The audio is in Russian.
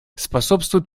способствуют